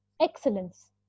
excellence